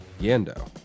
Yando